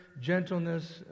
gentleness